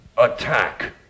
attack